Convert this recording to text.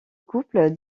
couple